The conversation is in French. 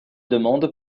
demande